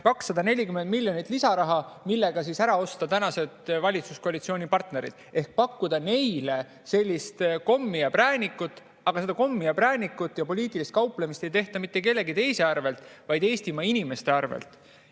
240 miljonit lisaraha, millega ära osta tänased valitsuskoalitsiooni partnerid, ehk pakkuda neile kommi ja präänikut. Aga seda kommi ja präänikut ja poliitilist kauplemist ei tehta mitte kellegi teise kui Eestimaa inimeste arvelt.